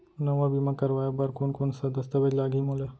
नवा बीमा करवाय बर कोन कोन स दस्तावेज लागही मोला?